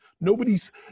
Nobody's